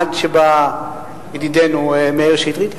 עד שבא ידידנו מאיר שטרית,